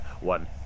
one